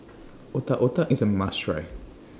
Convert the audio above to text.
Otak Otak IS A must Try